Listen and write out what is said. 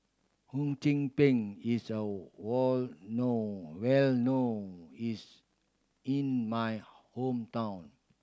Hum Chim Peng is a were known well known is in my hometown